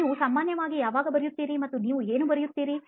ನೀವು ಸಾಮಾನ್ಯವಾಗಿ ಯಾವಾಗ ಬರೆಯುತ್ತೀರಿ ಮತ್ತು ನೀವು ಏನು ಬರೆಯುತ್ತೀರಿ